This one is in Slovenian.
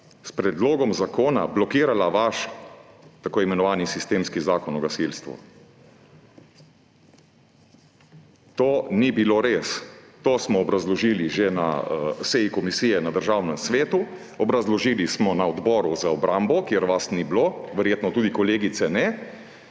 s predlogom zakona blokirala vaš tako imenovani sistemski Zakon o gasilstvu. To ni bilo res. To smo obrazložili že na seji komisije na Državnem svetu, obrazložili smo na Odboru za obrambo, kjer vas ni bilo, verjetno tudi kolegice ne.